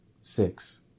six